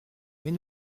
mais